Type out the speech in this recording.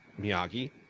Miyagi